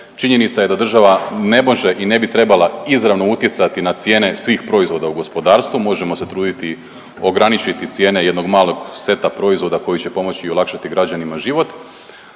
Činjenica je da država ne može i ne bi trebala izravno utjecati na cijene svih proizvoda u gospodarstvu. Možemo se truditi ograničiti cijene jednog malog seta proizvoda koji će pomoći i olakšati građanima život.